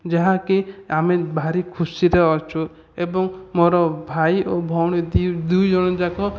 ଯାହାକି ଆମେ ଭାରି ଖୁସିରେ ଅଛୁ ଏବଂ ମୋର ଭାଇ ଓ ଭଉଣୀ ଦୁଇ ଜଣ ଯାକ